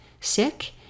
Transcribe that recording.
sick